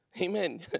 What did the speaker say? Amen